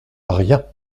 rien